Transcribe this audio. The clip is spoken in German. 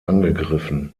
angegriffen